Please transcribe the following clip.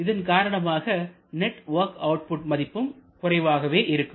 இதன் காரணமாக network output மதிப்பும் குறைவாகவே இருக்கும்